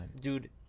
Dude